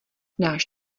náš